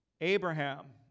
Abraham